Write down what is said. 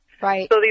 Right